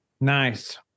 Nice